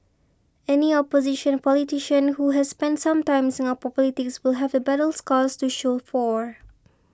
any opposition politician who has spent some time in Singapore politics will have the battle scars to show for